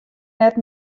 net